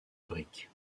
briques